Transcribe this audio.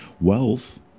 wealth